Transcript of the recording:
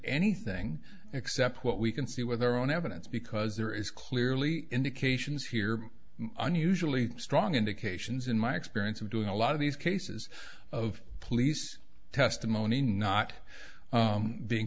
anything except what we can see with their own evidence because there is clearly indications here unusually strong indications in my experience of doing a lot of these cases of police testimony not being